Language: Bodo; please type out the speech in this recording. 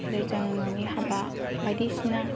आरो जों न'नि हाबा बायदिसिना